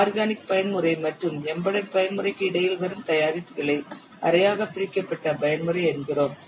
organic பயன்முறை மற்றும் embedded பயன்முறைக்கு இடையில் வரும் தயாரிப்புகளை அரையாக பிரிக்கப்பட்ட பயன்முறை என்கிறோம்